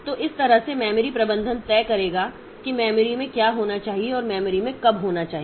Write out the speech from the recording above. तो इस तरह से मेमोरी प्रबंधन तय करेगा कि मेमोरी में क्या होना चाहिए और मेमोरी में कब होना चाहिए